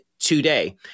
Today